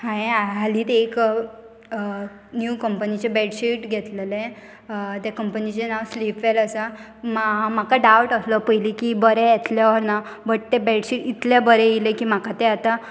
हांवें हालींच एक न्यू कंपनीचे बेडशीट घेतलेलें त्या कंपनीचें नांव स्लीप वॅल आसा म्हाका डावट आसलो पयलीं की बरें येतलें ऑ ना बट तें बेडशीट इतलें बरें येयलें की म्हाका तें आतां